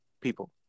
people